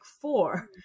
four